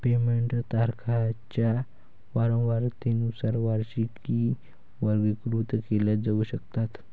payment तारखांच्या वारंवारतेनुसार वार्षिकी वर्गीकृत केल्या जाऊ शकतात